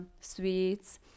sweets